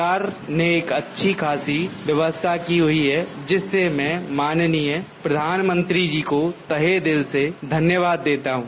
सरकार ने एक अच्छी खासी व्यवस्था की हुई है जिससे मैं माननीय प्रधानमंत्री जी को तहे दिल से धन्यवाद देता हूं